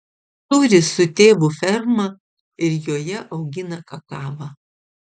turi su tėvu fermą ir joje augina kakavą